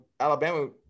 Alabama